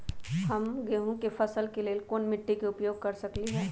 हम गेंहू के फसल के लेल कोन मिट्टी के उपयोग कर सकली ह?